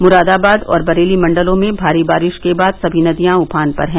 मुरादाबाद और बरेली मंडलों में भारी बारिश के बाद सभी नदियां उफान पर हैं